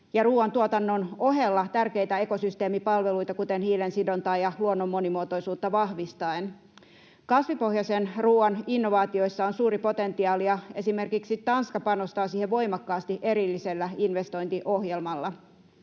ruoantuotannon ohella tärkeitä ekosysteemipalveluita, kuten hiilensidontaa ja luonnon monimuotoisuutta, vahvistaen. Kasvipohjaisen ruoan innovaatioissa on suuri potentiaali. Esimerkiksi Tanska panostaa siihen voimakkaasti erillisellä investointiohjelmalla.